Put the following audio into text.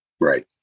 Right